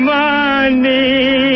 money